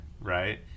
Right